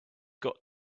got